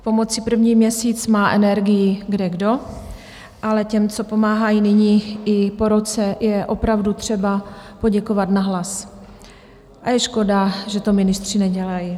K pomoci první měsíc má energii kdekdo, ale těm, co pomáhají nyní i po roce, je opravdu třeba poděkovat nahlas, a je škoda, že to ministři nedělají.